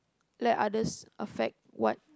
let others affect what